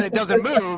but doesn't move.